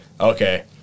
okay